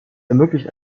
ermöglicht